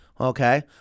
okay